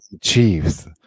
Chiefs